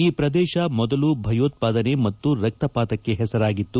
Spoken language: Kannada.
ಈ ಪ್ರದೇಶ ಮೊದಲು ಭಯೋತ್ಪಾದನ ಮತ್ತು ರಕ್ತಪಾತಕ್ಕೆ ಹೆಸರಾಗಿತ್ತು